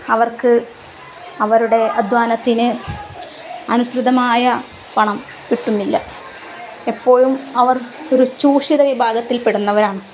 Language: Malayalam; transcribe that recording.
അവർക്ക് അവരുടെ അദ്ധ്വാനത്തിന് അനുസൃതമായ പണം കിട്ടുന്നില്ല എപ്പോഴും അവർ ഒരു ചൂഷിത വിഭാഗത്തിൽപ്പെടുന്നവരാണ്